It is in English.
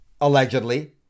allegedly